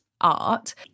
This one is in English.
art